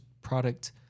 product